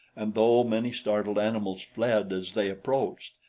and though many startled animals fled as they approached,